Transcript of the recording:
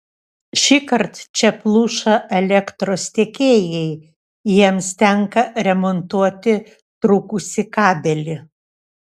šįkart čia pluša elektros tiekėjai jiems tenka remontuoti trūkusį kabelį